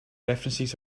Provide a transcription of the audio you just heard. references